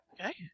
Okay